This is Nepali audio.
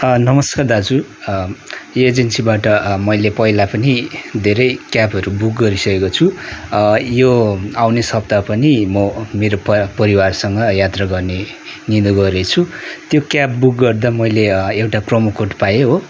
नमस्कार दाजु एजेन्सीबाट मैले पहिला पनि धेरै क्याबहरू बुक गरिसकेको छु यो आउने हप्ता पनि म मेरो परा परिवारसँग यात्रा गर्ने निधो गरेको छु त्यो क्याब बुक गर्दा मैले एउटा प्रमो कोड पाएँ हो